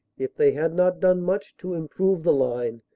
if they had not done much to improve the line,